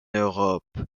europe